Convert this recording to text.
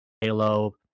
Halo